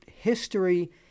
history